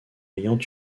ayant